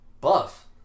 Buff